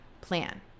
plan